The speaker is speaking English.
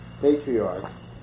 patriarchs